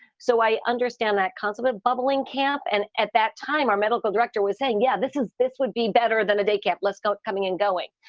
so i understand that concept of bubbling camp. and at that time, our medical director was saying, yeah, this is this would be better than a day camp. let's go it coming and going.